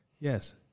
Yes